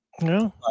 No